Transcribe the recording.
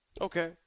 Okay